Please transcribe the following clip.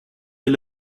est